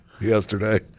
yesterday